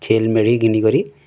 ଛେଲ୍ ମେଢ଼ି ଘିନି୍ କରି